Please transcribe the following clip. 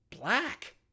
black